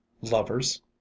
Lovers